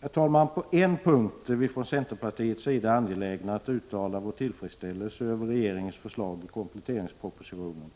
Herr talman! På en punkt är vi från centerpartiets sida angelägna att uttala vår tillfredsställelse över regeringens förslag i kompletteringspropositionen.